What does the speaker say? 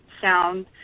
sound